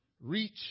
reach